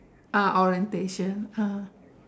ah orientation ah